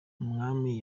umwami